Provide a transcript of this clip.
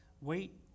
Wait